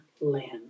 land